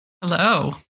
Hello